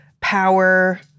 power